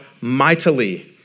mightily